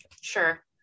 sure